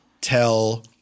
Tell